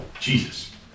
Jesus